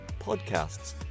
podcasts